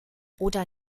oder